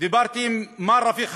דיברתי עם מר רפיק חלבי,